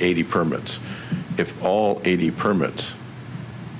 eighty permits if all eighty permits